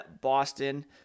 Boston